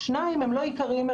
שניים הם לא עיקריים,